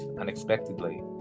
unexpectedly